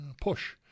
Push